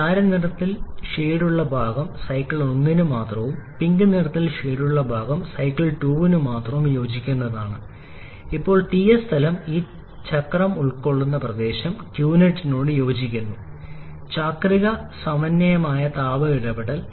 ചാരനിറത്തിൽ ഷേഡുള്ള ഭാഗം സൈക്കിൾ 1 ന് മാത്രവും പിങ്ക് നിറത്തിൽ ഷേഡുള്ള ഭാഗം സൈക്കിൾ 2 ന് മാത്രം യോജിക്കുന്നതുമാണ് ഇപ്പോൾ Ts തലം ഈ ചക്രം ഉൾക്കൊള്ളുന്ന പ്രദേശം qnetനോട് യോജിക്കുന്നു ചാക്രിക സമന്വയമായ താപ ഇടപെടൽ